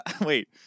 Wait